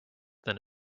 than